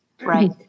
Right